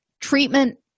treatment